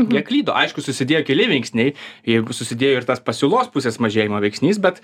jie klydo aišku susidėjo keli veiksniai jeigu susidėjo ir tas pasiūlos pusės mažėjimo veiksnys bet